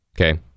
okay